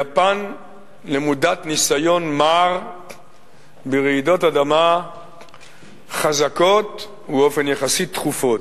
יפן למודת ניסיון מר ברעידות אדמה חזקות ובאופן יחסי תכופות.